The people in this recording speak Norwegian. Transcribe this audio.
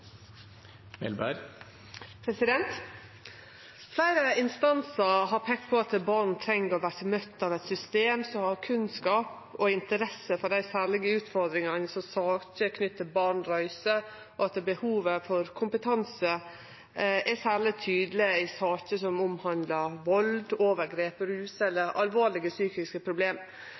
dei særlege utfordringane som saker knytte til barn reiser, og at behovet for kompetanse er særleg tydeleg i saker som omhandlar vald, overgrep, rus eller alvorlege psykiske problem.